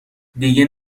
دیگه